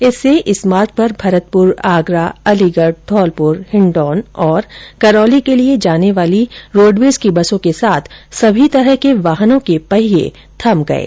इससे इस मार्ग पर भरतपुर आगरा अलीगढ धौलपुर हिंडौन और करौली के लिए जाने वाली रोडवेज की बसों के साथ सभी तरह के वाहनों के पहिए थम गये